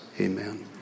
Amen